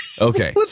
Okay